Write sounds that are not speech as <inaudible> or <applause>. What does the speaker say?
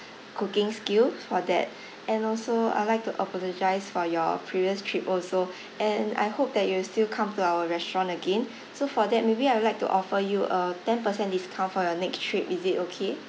cooking skill for that <breath> and also I'll like to apologise for your previous trip also <breath> and I hope that you will still come to our restaurant again so for that maybe I will like to offer you a ten per cent discount for your next trip is it okay